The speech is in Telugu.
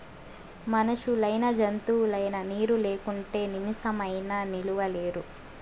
మనుషులైనా జంతువులైనా నీరు లేకుంటే నిమిసమైనా నిలువలేరు